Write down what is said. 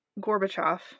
Gorbachev